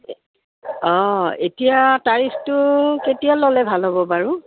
অঁ এতিয়া তাৰিখটো কেতিয়া ল'লে ভাল হ'ব বাৰু